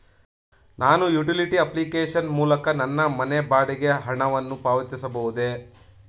ನಾನು utility application ಮೂಲಕ ನನ್ನ ಮನೆ ಬಾಡಿಗೆ ಹಣವನ್ನು ಪಾವತಿಸಬಹುದೇ?